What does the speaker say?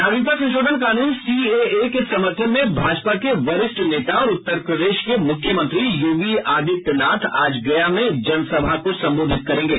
नागरिकता संशोधन कानून सीएए के समर्थन में भाजपा के वरिष्ठ नेता और उत्तर प्रदेश के मुख्यमंत्री योगी आदित्यनाथ आज गया में एक जनसभा को संबोधित करेंगे